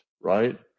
Right